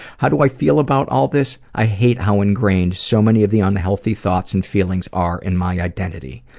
how do i feel about all this? i hate how ingrained so many of the unhealthy thoughts and feelings are in my identity.